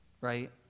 right